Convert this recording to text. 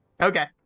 Okay